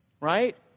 right